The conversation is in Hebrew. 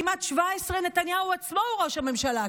כמעט 17 שנים נתניהו עצמו ראש הממשלה,